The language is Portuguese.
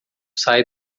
sai